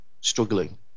struggling